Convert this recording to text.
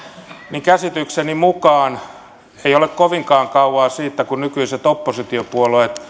niin käsitykseni mukaan ei ole kovinkaan kauaa siitä kun nykyiset oppositiopuolueet